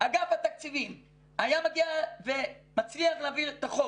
אגף התקציבים היה מצליח להעביר את החוק